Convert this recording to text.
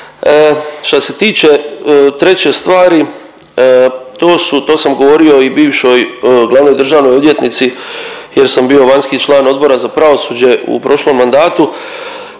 Što se tiče treće stvari to su, to sam govorio i bivšoj glavnoj državnoj odvjetnici jer sam bio vanjski član Odbora za pravosuđe u prošlom mandatu